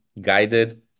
guided